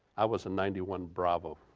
i was in ninety one bravo,